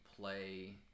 play